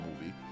movie